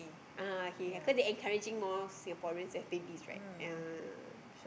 ah okay cause they encouraging more Singaporeans to have babies right ya